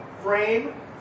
frame